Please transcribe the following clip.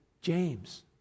James